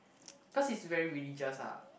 cause he's very religious ah